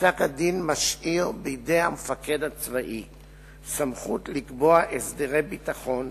פסק-הדין משאיר בידי המפקד הצבאי סמכות לקבוע הסדרי ביטחון,